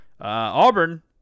Auburn